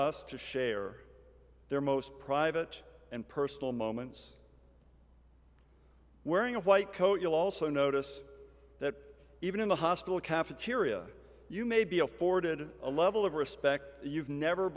us to share their most private and personal moments wearing a white coat you'll also notice that even in the hospital cafeteria you may be afforded a level of respect you've never